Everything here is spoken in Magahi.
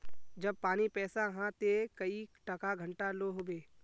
जब पानी पैसा हाँ ते कई टका घंटा लो होबे?